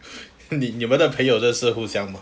你的朋友都是互相吗